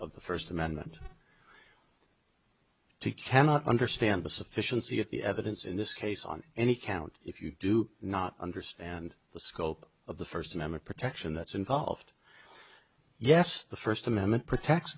of the first amendment to cannot understand the sufficiency of the evidence in this case on any count if you do not understand the scope of the first amendment protection that's involved yes the first amendment protects